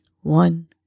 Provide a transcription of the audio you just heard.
One